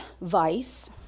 vice